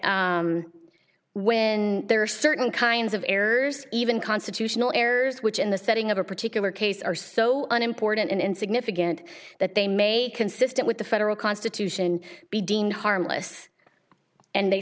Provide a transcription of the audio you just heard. when there are certain kinds of errors even constitutional errors which in the setting of a particular case are so unimportant and significant that they may consistent with the federal constitution be deemed harmless and they